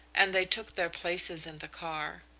and they took their places in the car.